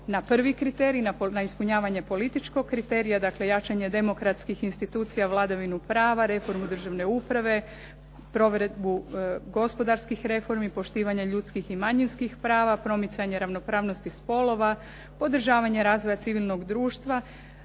na prvi kriterij, na ispunjavanje političkog kriterija, dakle jačanje demokratskih institucija, vladavinu prava, reformu državne uprave, provedbu gospodarskih reformi, poštivanje ljudskih i manjinskih prava, promicanje ravnopravnosti spolova, podržavanje razvoja civilnog društva